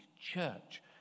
church